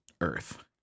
Earth